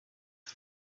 izi